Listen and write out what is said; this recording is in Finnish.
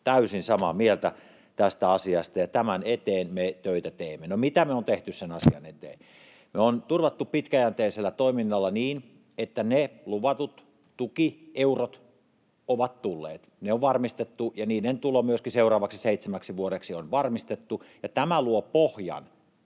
Täysin samaa mieltä tästä asiasta, ja tämän eteen me töitä teemme. No, mitä me olemme tehneet sen asian eteen? Me olemme turvanneet pitkäjänteisellä toiminnalla sen, että ne luvatut tukieurot ovat tulleet. Ne on varmistettu, ja niiden tulo myöskin seuraavaksi seitsemäksi vuodeksi on varmistettu, ja tämä luo pohjan